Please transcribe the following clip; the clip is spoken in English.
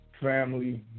family